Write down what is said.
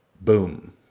boom